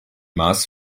maß